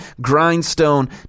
grindstone